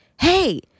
hey